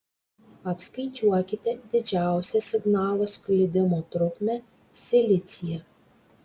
apskaičiuokite didžiausią signalo sklidimo trukmę silicyje